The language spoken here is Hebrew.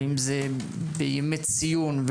בימי ציון,